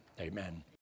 Amen